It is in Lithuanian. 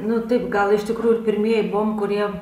nu taip gal iš tikrųjų ir pirmieji buvom kurie